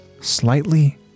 slightly